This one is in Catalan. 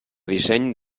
disseny